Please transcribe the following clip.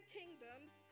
kingdoms